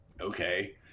Okay